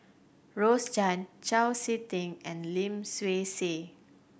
Rose Chan Chau Sik Ting and Lim Swee Say